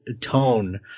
tone